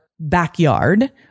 backyard